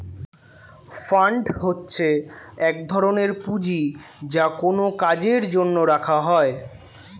fund হচ্ছে এক ধরনের পুঁজি যা কোনো কাজের জন্য রাখা হয়